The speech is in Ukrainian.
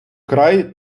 край